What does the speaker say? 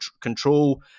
control